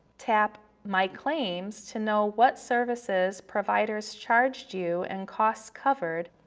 tap my claims to know what services providers charged you and costs covered,